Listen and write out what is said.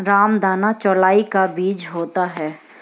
रामदाना चौलाई का बीज होता है